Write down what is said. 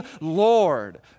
Lord